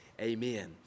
amen